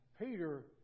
Peter